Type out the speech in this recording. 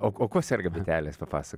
o o kuo serga bitelės papasako